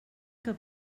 que